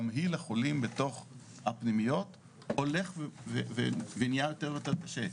זה סעיף 15. המודל הזה הולך להיות עד 2024,